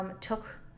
took